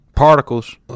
particles